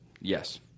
Yes